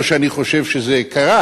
לא שאני חושב שזה קרה,